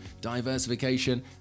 diversification